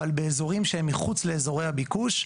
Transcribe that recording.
אבל באזורים שהם מחוץ לאורי הביקוש.